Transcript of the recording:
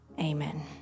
amen